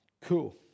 Cool